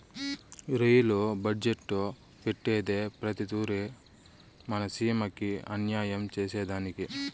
rail budget పెట్టేదే ప్రతి తూరి మన సీమకి అన్యాయం సేసెదానికి